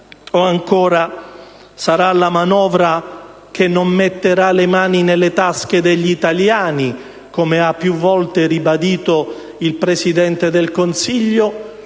O ancora sarà la manovra che non metterà le mani nelle tasche degli italiani, come ha più volte ribadito il Presidente del Consiglio,